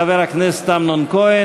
חבר הכנסת אמנון כהן.